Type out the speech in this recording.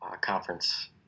conference